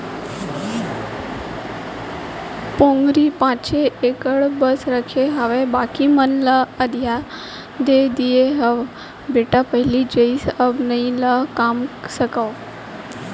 पोगरी पॉंचे एकड़ बस रखे हावव बाकी मन ल अधिया दे दिये हँव बेटा पहिली जइसे अब नइ कमा सकव